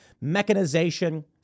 mechanization